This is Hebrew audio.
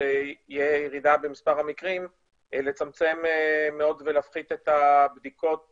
כשתהיה ירידה במספר המקרים לצמצם מאוד ולהפחית את הבדיקות